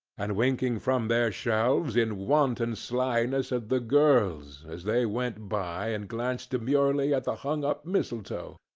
and winking from their shelves in wanton slyness at the girls as they went by, and glanced demurely at the hung-up mistletoe.